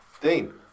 dean